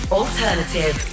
alternative